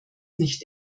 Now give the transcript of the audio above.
nicht